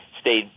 stayed